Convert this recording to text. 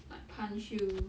like punch you